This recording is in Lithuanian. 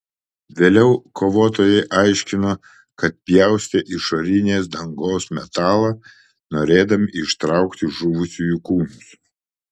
vėliau kovotojai aiškino kad pjaustė išorinės dangos metalą norėdami ištraukti žuvusiųjų kūnus